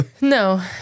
No